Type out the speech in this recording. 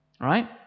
Right